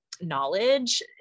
knowledge